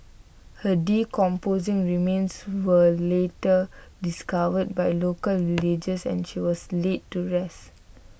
her decomposing remains were later discovered by local villagers and she was laid to rest